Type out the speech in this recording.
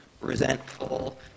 resentful